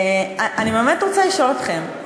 אני באמת רוצה לשאול אתכם,